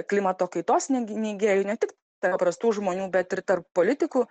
klimato kaitos nei neigėjų ne tik paprastų žmonių bet ir tarp politikų